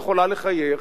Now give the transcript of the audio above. היא יכולה לחייך,